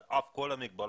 על אף כל המגבלות,